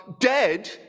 dead